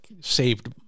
saved